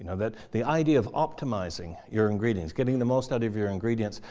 you know that the idea of optimizing your ingredients, getting the most out of your ingredients.